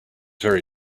very